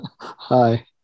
Hi